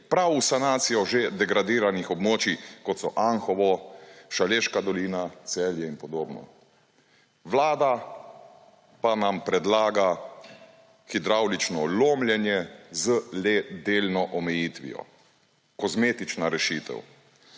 prav v sanacijo že degradiranih območij, kot so Anhovo, Šaleška dolina, Celje in podobno. Vlada pa nam predlaga hidravlično lomljenje z le delno omejitvijo. Kozmetična rešitev.